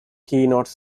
keynote